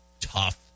tough